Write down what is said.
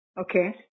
Okay